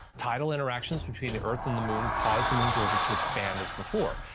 tidal interactions between the earth and the moon caused the moon's orbit to expand as before,